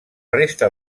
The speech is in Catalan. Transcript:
resta